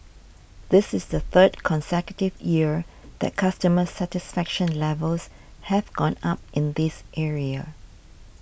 this is the third consecutive year that customer satisfaction levels have gone up in this area